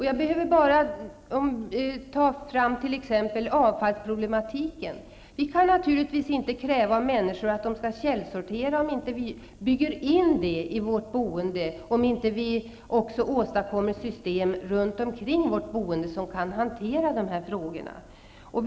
Jag behöver bara ta upp avfallsproblematiken som exempel. Vi kan naturligtvis inte kräva av människor att de skall källsortera, om inte ett sådant system byggs in i vårt boende och runt omkring oss.